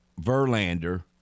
Verlander